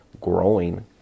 growing